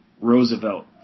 Roosevelt